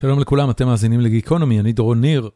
שלום לכולם, אתם מאזינים לגיקונומי, אני דורון ניר.